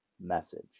message